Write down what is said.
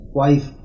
wife